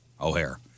O'Hare